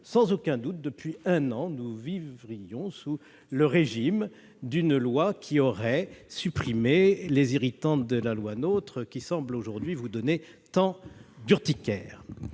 sans aucun doute depuis un an sous le régime d'une loi qui aurait supprimé les irritants de la loi NOTRe, qui semblent aujourd'hui vous donner tant d'urticaire